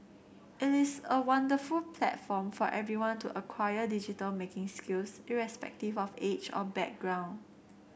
it is a wonderful platform for everyone to acquire digital making skills irrespective of age or background